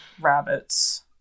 rabbits